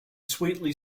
sweetly